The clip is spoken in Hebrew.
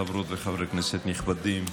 חברות וחברי כנסת נכבדים,